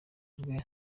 rwe